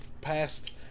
past